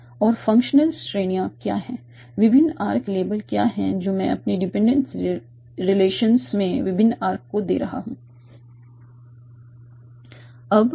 और फंक्शनल श्रेणियां क्या हैं विभिन्न आर्क लेबल क्या हैं जो मैं अपने डिपेंडेंट रिलेशंस में विभिन्न आर्क को दे रहा हूं